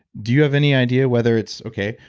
do you have any idea whether it's okay,